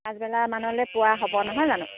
পাঁছবেলা মানলৈ পোৱা হ'ব নহয় জানো